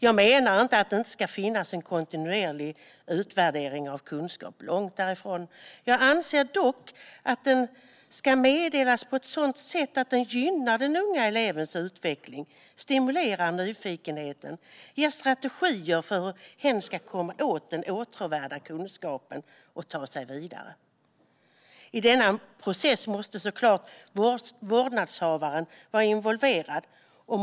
Jag menar inte att det inte ska finnas en kontinuerlig utvärdering av kunskap - långt därifrån. Jag anser dock att den ska meddelas på ett sådant sätt att den gynnar den unga elevens utveckling, stimulerar nyfikenheten och ger strategier för hur hen ska komma åt den åtråvärda kunskapen och ta sig vidare. I denna process måste såklart vårdnadshavaren vara involverad.